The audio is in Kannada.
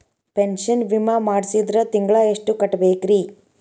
ಪೆನ್ಶನ್ ವಿಮಾ ಮಾಡ್ಸಿದ್ರ ತಿಂಗಳ ಎಷ್ಟು ಕಟ್ಬೇಕ್ರಿ?